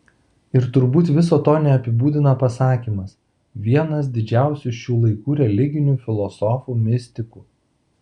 ir turbūt viso to neapibūdina pasakymas vienas didžiausių šių laikų religinių filosofų mistikų